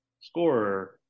scorer